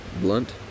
Blunt